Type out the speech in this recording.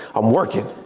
i'm workin',